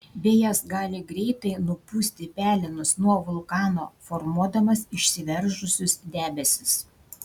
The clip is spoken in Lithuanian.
vėjas gali greitai nupūsti pelenus nuo vulkano formuodamas išsiveržusius debesis